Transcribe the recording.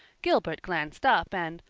gilbert glanced up and,